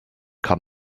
come